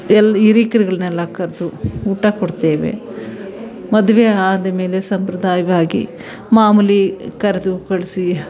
ಎಲ್ಲ ಹಿರೀಕ್ರುಗಳ್ನೆಲ್ಲಾ ಕರೆದು ಊಟ ಕೊಡ್ತೇವೆ ಮದುವೆ ಆದ ಮೇಲೆ ಸಂಪ್ರದಾಯವಾಗಿ ಮಾಮೂಲಿ ಕರೆದು ಕೊಡಿಸಿ